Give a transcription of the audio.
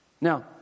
now